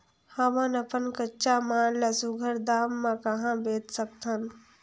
हमन अपन कच्चा माल ल सुघ्घर दाम म कहा बेच सकथन?